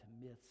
myths